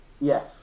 Yes